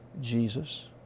Jesus